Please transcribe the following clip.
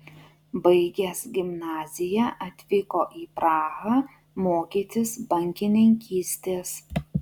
baigęs gimnaziją atvyko į prahą mokytis bankininkystės